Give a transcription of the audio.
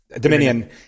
Dominion